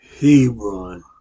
Hebron